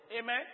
Amen